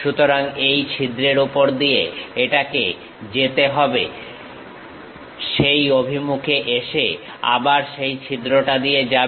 সুতরাং এই ছিদ্রের উপর দিয়ে এটাকে যেতে হবে সেই অভিমুখে এসে আবার সেই ছিদ্রটা দিয়ে যাবে